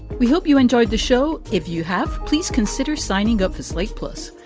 we hope you enjoyed the show. if you have, please consider signing up for slate. plus,